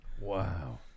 Wow